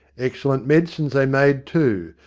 ex cellent medicines they made too,